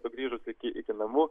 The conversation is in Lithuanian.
sugrįžus iki iki namų